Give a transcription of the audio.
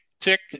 tick